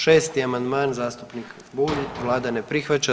1. amandman zastupnik Bulj, vlada ne prihvaća.